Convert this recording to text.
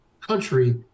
country